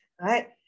right